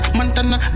Montana